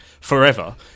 forever